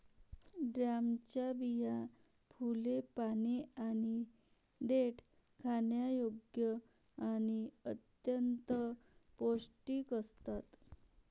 ड्रमच्या बिया, फुले, पाने आणि देठ खाण्यायोग्य आणि अत्यंत पौष्टिक असतात